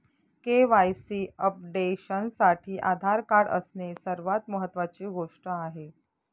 KYC अपडेशनसाठी Aadhaar card असणे सर्वात महत्वाची गोष्ट आहे